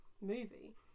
movie